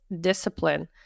discipline